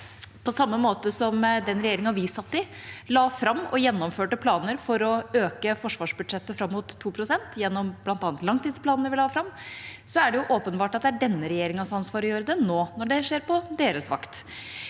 På samme måte som den regjeringa vi satt i, la fram og gjennomførte planer for å øke forsvarsbudsjettet fram mot 2 pst. gjennom bl.a. langtidsplanen vi la fram, er det åpenbart at det er denne regjeringas ansvar å gjøre det nå når det skjer på deres vakt.